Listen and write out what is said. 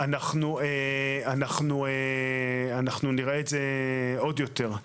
אנחנו נראה את זה עוד יותר,